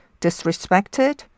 disrespected